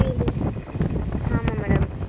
சரி ஆமாம் மேடம்